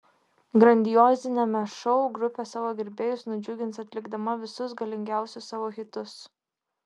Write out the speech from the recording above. grandioziniame šou grupė savo gerbėjus nudžiugins atlikdama visus galingiausius savo hitus